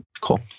Cool